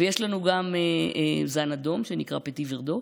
ויש לנו גם זן אדום, שנקרא פטי ורדו.